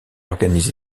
organise